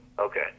okay